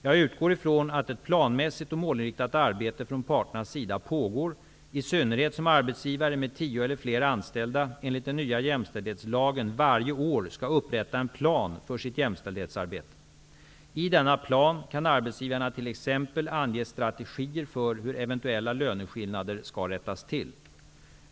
Jag utgår från att ett planmässigt och målinriktat arbete från parternas sida pågår, i synnerhet som arbetsgivare med tio eller fler anställda enligt den nya jämställdhetslagen varje år skall upprätta en plan för sitt jämställdhetsarbete. I denna plan kan arbetsgivaren t.ex. ange strategier för hur eventuella löneskillnader skall rättas till.